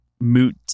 moot